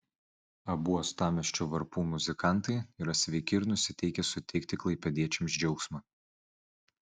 abu uostamiesčio varpų muzikantai yra sveiki ir nusiteikę suteikti klaipėdiečiams džiaugsmą